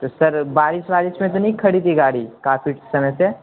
تو سر بارش وارش میں تو نہیں کھڑی تھی گاڑی کافی سمئے سے